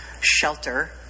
shelter